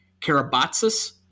Karabatsis